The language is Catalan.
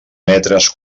metres